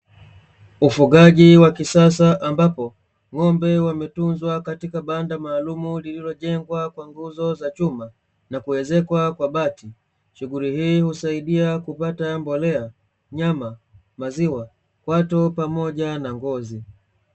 Ufugaji wa kisasa ambapo ng'ombe wametunza katika banda maalum lililojengwa kwa nguzo za chuma na kuezekwa kwa bati, shughuli hii husaidia kupata mbolea, nyama, maziwa, kwato pamoja na ngozi.